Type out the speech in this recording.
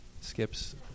skips